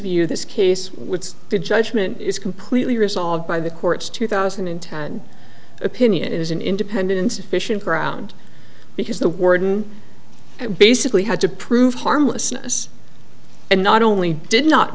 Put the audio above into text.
view this case with good judgment is completely resolved by the court's two thousand and ten opinion it is an independent fish and ground because the worden basically had to prove harmlessness and not only did not